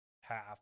half